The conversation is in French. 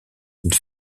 une